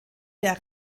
der